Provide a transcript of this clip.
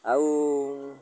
ଆଉ